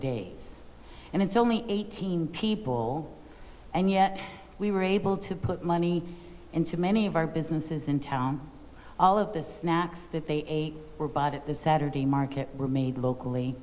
days and it's only eighteen people and yet we were able to put money into many of our businesses in town all of the snacks that they were bought at the saturday market were made locally